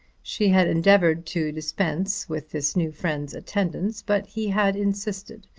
she had endeavoured to dispense with this new friend's attendance, but he had insisted,